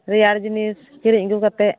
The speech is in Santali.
ᱨᱮᱭᱟᱲ ᱡᱤᱱᱤᱥ ᱠᱤᱨᱤᱧ ᱟᱹᱜᱩ ᱠᱟᱛᱮᱫ